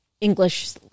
English